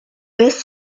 beth